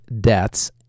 deaths